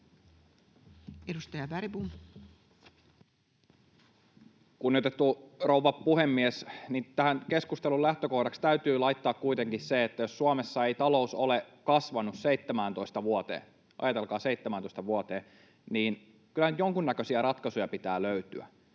17:10 Content: Kunnioitettu rouva puhemies! Tähän keskustelun lähtökohdaksi täytyy laittaa kuitenkin se, että jos Suomessa ei talous ole kasvanut 17 vuoteen — ajatelkaa, 17 vuoteen — niin kyllähän nyt jonkunnäköisiä ratkaisuja pitää löytyä.